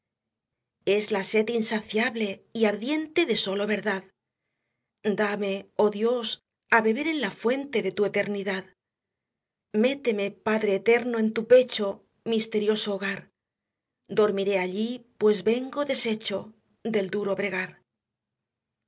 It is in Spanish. es la sed insaciable y ardiente de sólo verdad dame oh dios á beber en la fuente de tu eternidad méteme padre eterno en tu pecho misterioso hogar dormiré allí pues vengo deshecho del duro bregar